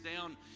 down